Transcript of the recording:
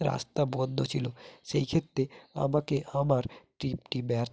রাস্তা বন্ধ ছিল সেই ক্ষেত্রে আমাকে আমার ট্রিপটি ব্যার